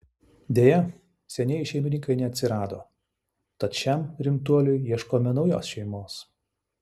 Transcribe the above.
deja senieji šeimininkai neatsirado tad šiam rimtuoliui ieškome naujos šeimos